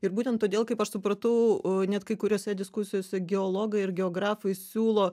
ir būtent todėl kaip aš supratau net kai kuriose diskusijose geologai ir geografai siūlo